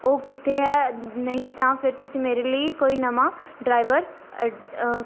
ਉਹ ਕਿੱਥੇ ਹੈ ਨਹੀਂ ਤਾਂ ਫਿਰ ਤੁਸੀਂ ਮੇਰੇ ਲਈ ਕੋਈ ਨਵਾਂ ਡਰਾਈਵਰ